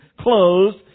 closed